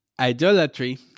Idolatry